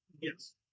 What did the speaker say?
Yes